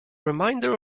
remainder